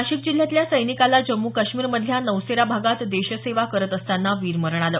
नाशिक जिल्ह्यातल्या सैनिकाला जम्मू काश्मीरमधल्या नवसेरा भागात देशसेवा करत असताना वीरमरण आलं